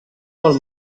molt